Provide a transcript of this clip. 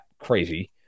crazy